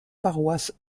paroisse